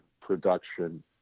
production